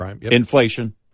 Inflation